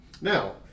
Now